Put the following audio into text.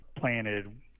planted